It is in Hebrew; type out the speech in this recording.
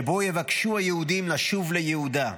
שבו יבקשו היהודים לשוב ליהודה,